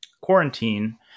quarantine